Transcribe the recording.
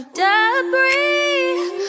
debris